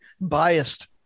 Biased